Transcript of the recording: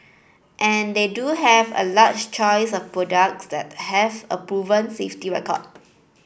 and they do have a large choice of products that have a proven safety record